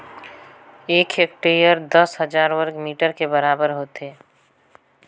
एक हेक्टेयर दस हजार वर्ग मीटर के बराबर होथे